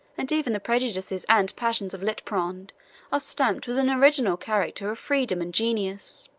and even the prejudices and passions of liutprand are stamped with an original character of freedom and genius.